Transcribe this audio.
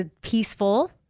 peaceful